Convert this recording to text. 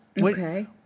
Okay